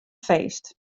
feest